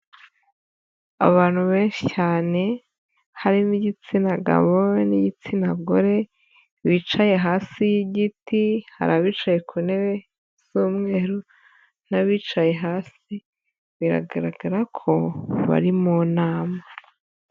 Abantu benshi cyane, harimo igitsina gabo n'igitsina gore bicaye hasi y'igiti, hari abicaye ku ntebe z'umweru n'abicaye hasi, biragaragara ko bari mu nama.